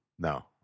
No